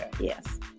Yes